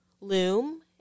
loom